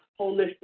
holistic